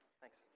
Thanks